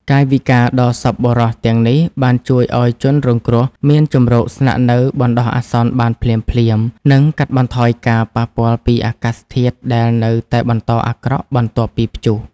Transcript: កាយវិការដ៏សប្បុរសទាំងនេះបានជួយឱ្យជនរងគ្រោះមានជម្រកស្នាក់នៅបណ្ដោះអាសន្នបានភ្លាមៗ និងកាត់បន្ថយការប៉ះពាល់ពីអាកាសធាតុដែលនៅតែបន្តអាក្រក់បន្ទាប់ពីព្យុះ។